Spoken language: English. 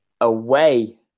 away